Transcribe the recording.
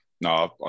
No